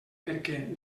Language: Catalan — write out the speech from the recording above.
perquè